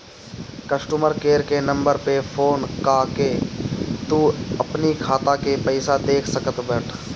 customer care के number पअ phone कअ के तू अपनी खाता के पईसा देख सकत बटअ